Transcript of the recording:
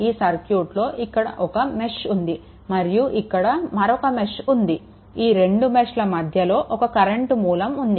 ఈ సర్క్యూట్లో ఇక్కడ ఒక మెష్ ఉంది మరియు ఇక్కడ మరొక మెష్ ఉంది ఈ రెండు మెష్ల మధ్యలో ఒక కరెంట్ మూలం ఉంది